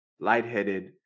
lightheaded